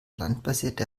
landbasierte